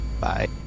Bye